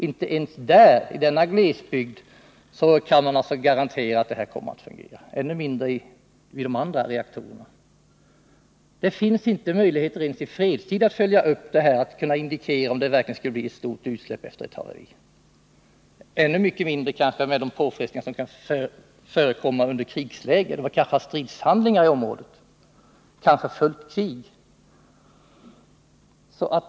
Inte ens i denna glesbygd kan 23 november 1979 man garantera att det kommer att fungera, än mindre när det gäller de andra reaktorerna. Det finns inga möjligheter att ens i fredstid fastställa, om det verkligen skulle bli ett stort utsläpp efter ett haveri. Vid de påfrestningar som kan förekomma i ett krigsläge, då det kanske utförs stridshandlingar eller är fullt krig i området, blir det ju ännu svårare.